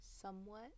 somewhat